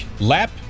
lap